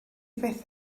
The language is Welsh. byth